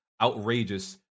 outrageous